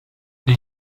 die